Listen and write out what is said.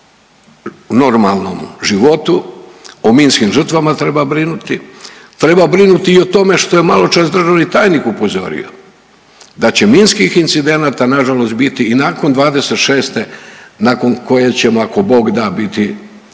u normalnom životu, o minskim žrtvama treba brinuti. Treba brinuti i o tome što je malo čas državni tajnik upozorio da će minskih incidenata na žalost biti i nakon 2026., nakon koje ćemo ako bog da biti,